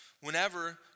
Whenever